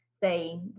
say